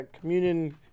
communion